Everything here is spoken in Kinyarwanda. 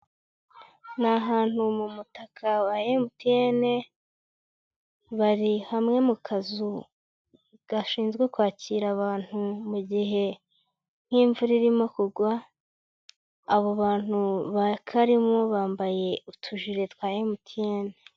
Ni ahantu mu mutaka wa MTN, bari hamwe mu kazu gashinzwe kwakira abantu mu gihe nk'imvura irimo kugwa, abo bantu bakarimo bambaye utujiri twa MTN.